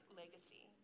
legacy